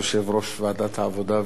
יושב-ראש ועדת העבודה,